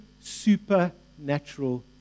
supernatural